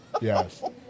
yes